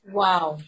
wow